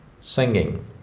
singing